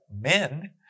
men